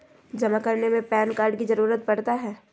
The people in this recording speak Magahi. जमा करने में पैन कार्ड की जरूरत पड़ता है?